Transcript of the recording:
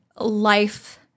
life